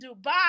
Dubai